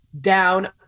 down